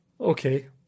Okay